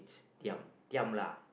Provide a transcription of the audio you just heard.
diam diam lah